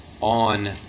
on